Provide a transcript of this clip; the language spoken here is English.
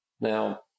Now